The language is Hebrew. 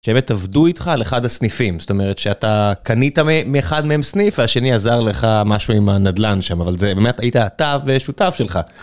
עבדו איתך על אחד הסניפים זאת אומרת שאתה קנית מאחד מהם סניף והשני עזר לך משהו עם הנדלן שם אבל זה באמת היית אתה ושותף שלך.